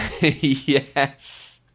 Yes